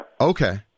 Okay